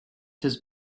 his